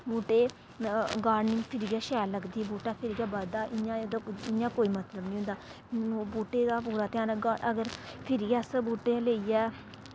बूह्टे गार्डनिंग फ्हिरी गै शैल लगदी बूह्टा फ्हिरी गै बधदा इ'यां एह्दा कोई मतलब नि होंदा बूह्टे दा पूरा ध्यान गार अगर फ्हिरी अस बूह्टे लेइयै